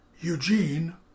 Eugene